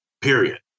period